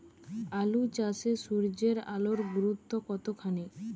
আলু চাষে সূর্যের আলোর গুরুত্ব কতখানি?